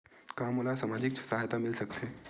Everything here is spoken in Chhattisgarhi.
का मोला सामाजिक सहायता मिल सकथे?